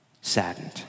saddened